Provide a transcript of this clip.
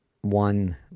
one